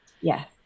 Yes